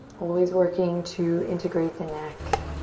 always working to integrate the neck.